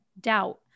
doubt